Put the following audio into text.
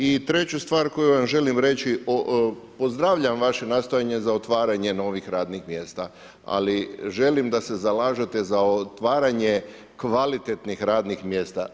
I treću stvar koju vam želim reći, pozdravljam vaše nastojanje za otvaranje novih radnih mjesta ali želim da se zalažete za otvaranje kvalitetnih radnih mjesta.